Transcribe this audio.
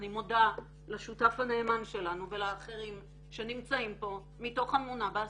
אני מודה לשותף הנאמן שלנו ולאחרים שנמצאים פה מתוך אמונה בעשייה.